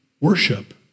worship